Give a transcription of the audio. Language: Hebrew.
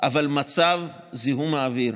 מצב זיהום האוויר